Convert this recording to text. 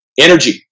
energy